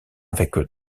avec